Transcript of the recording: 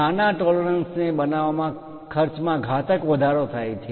નાના ટોલરન્સ પરિમાણ માં માન્ય તફાવતને બનાવવા ખર્ચમાં ઘાતક વધારો થાય છે